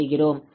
அதாவது 1 ஆகும்